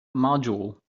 module